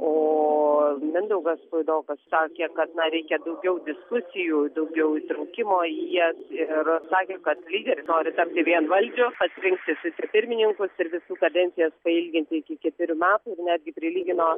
o mindaugas puidokas sakė kad na reikia daugiau diskusijų daugiau įtraukimo į jas ir sakė kad lyderis nori tapti vienvaldžiu pats rinktis vicepirmininkus ir visų kadencijas pailginti iki ketverių metų ir netgi prilygino